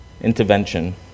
intervention